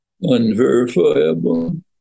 unverifiable